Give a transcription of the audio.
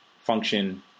function